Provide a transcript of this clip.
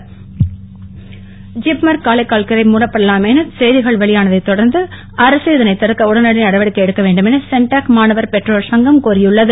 ஜிப்மர் காரைக்கால் ஜிப்மர் காரைக்கால் கிளை மூடப்படலாம் என செய்திகள் வெளியானதை தொடர்ந்து அரசு இதை தடுக்க உடனடி நடவடிக்கை எடுக்க வேண்டும் என சென்டாக் மாணவர் பெற்றோர் சங்கம் கோரியுள்ளது